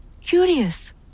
curious